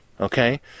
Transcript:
okay